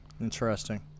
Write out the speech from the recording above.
interesting